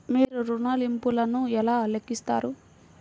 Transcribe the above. మీరు ఋణ ల్లింపులను ఎలా లెక్కిస్తారు?